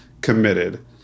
committed